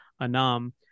Anam